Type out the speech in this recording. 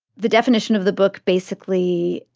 the definition of the book basically